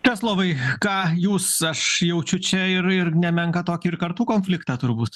česlovai ką jūs aš jaučiu čia ir ir nemenką tokį ir kartų konfliktą turbūt